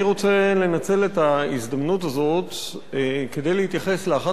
אני רוצה לנצל את ההזדמנות הזאת כדי להתייחס לאחת